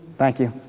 thank you.